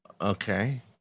okay